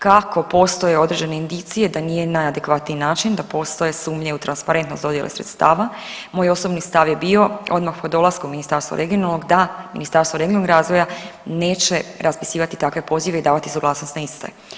Kako postoje određene indicije da nije najadekvatniji način, da postoje sumnje u transparentnost dodjele sredstava moj osobni stav je bio odmah po dolasku Ministarstva regionalnog, da Ministarstvo regionalnog razvoja neće raspisivati takve pozive i davati suglasnost na iste.